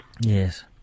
Yes